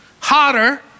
hotter